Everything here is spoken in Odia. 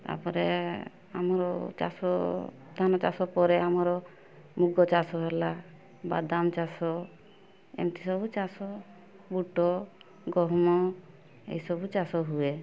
ତାପରେ ଆମର ଚାଷ ଧାନ ଚାଷ ପରେ ଆମର ମୁଗ ଚାଷ ହେଲା ବାଦାମ ଚାଷ ଏମିତି ସବୁ ଚାଷ ବୁଟ ଗହମ ଏଇ ସବୁ ଚାଷ ହୁଏ